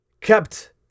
kept